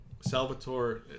Salvatore